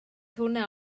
hwnna